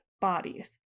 bodies